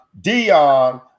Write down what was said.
Dion